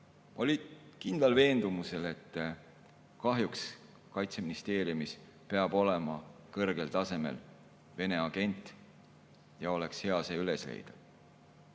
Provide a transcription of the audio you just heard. J2 kindlal veendumusel, et kahjuks Kaitseministeeriumis peab olema kõrgel tasemel Vene agent ja oleks hea ta üles leida.